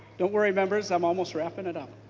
don't worry members i'm almost wrapping it up.